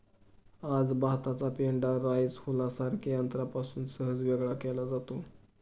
आज भाताचा पेंढा राईस हुलरसारख्या यंत्रापासून सहज वेगळा केला जातो